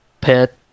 pet